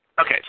Okay